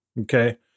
Okay